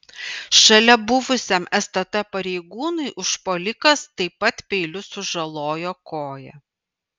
šalia buvusiam stt pareigūnui užpuolikas taip pat peiliu sužalojo koją